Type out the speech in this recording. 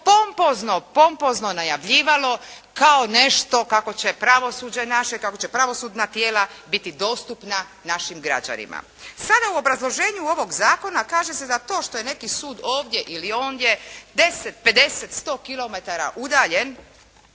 kao nešto kako će pravosuđe naše, kako će pravosudna tijela biti dostupna našim građanima. Sada u obrazloženju ovog zakona kaže se da to što je neki sud ovdje ili ondje deset, pedeset,